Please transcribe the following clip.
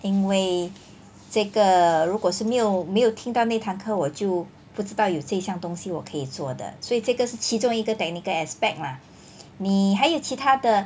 因为这个如果是没有没有听到那一堂课我就不知道有这项东西我可以做的所以这一个是其中一个 technical aspect lah 你还有其他的